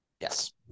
Yes